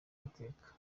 mateka